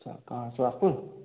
अच्छा कहाँ सोहागपुर